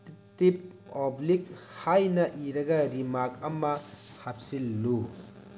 ꯇꯤꯞ oblique ꯍꯥꯏꯅ ꯏꯔꯒ remark ꯑꯃ ꯍꯥꯞꯆꯤꯜꯂꯨ